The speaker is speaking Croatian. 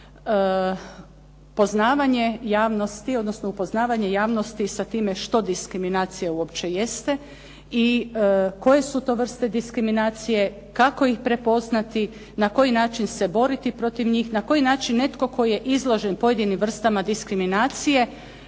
poznavanje javnosti, odnosno upoznavanje javnosti sa time što diskriminacija uopće jeste i koje su to vrste diskriminacije, kako ih prepoznati, na koji način se boriti protiv njih, na koji način netko tko je izložen pojedinim vrstama diskriminacije